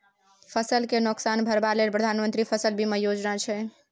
फसल केँ नोकसान भरबा लेल प्रधानमंत्री फसल बीमा योजना छै